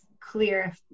clear